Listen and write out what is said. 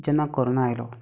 जेन्ना कोरोना आयलो